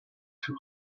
too